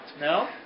No